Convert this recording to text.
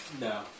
No